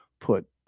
put